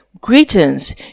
Greetings